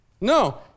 No